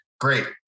Great